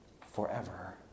forever